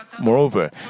Moreover